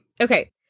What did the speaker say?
Okay